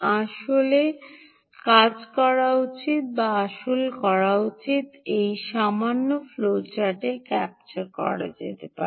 আসলে কাজ করা উচিত বা আসলে কি করা উচিত এই সামান্য ফ্লোচার্টে ক্যাপচার করা যেতে পারে